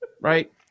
Right